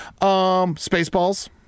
Spaceballs